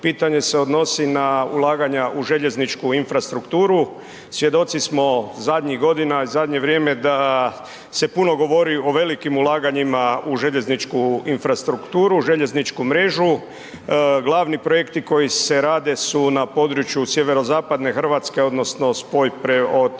pitanje se odnosi na ulaganja u željezničku infrastrukturu. Svjedoci smo zadnjih godina i zadnje vrijeme da se puno govori o velikim ulaganjima u željezničku infrastrukturu, u željezničku mrežu. Glavni projekti koji se rade su na području sjeverozapadne Hrvatske odnosno spoj od